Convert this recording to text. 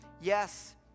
yes